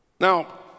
Now